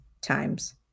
times